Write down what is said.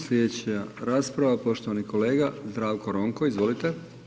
Slijedeća rasprava je poštovani kolega Zdravko Ronko, izvolite.